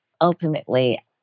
Ultimately